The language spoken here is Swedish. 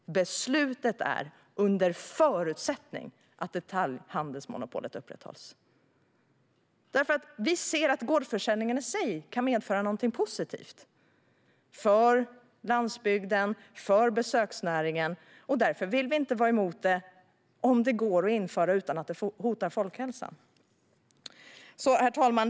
Beslutet gäller under förutsättning att detaljhandelsmonopolet upprätthålls. Vi ser nämligen att gårdsförsäljningen i sig kan medföra något positivt, för landsbygden och besöksnäringen, och därför vill vi inte vara emot det om det går att införa utan att det hotar folkhälsan. Herr talman!